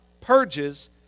purges